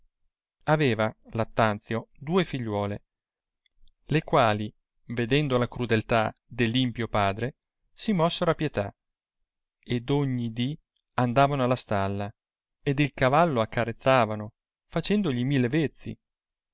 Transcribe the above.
aveva lattanzio due figliuole le quali vedendo la crudeltà de l impio padre si mossero a pietà ed ogni di andavano alla stalla ed il cavallo accarezzavano facendogli mille vezzi